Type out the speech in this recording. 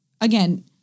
again